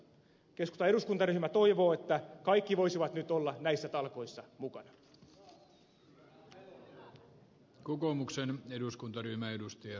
keskustan eduskuntaryhmä toivoo että kaikki voisivat nyt olla näissä talkoissa mukana